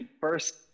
first